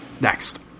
Next